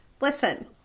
listen